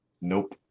Nope